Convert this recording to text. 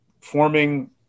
forming